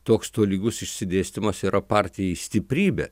toks tolygus išsidėstymas yra partijai stiprybė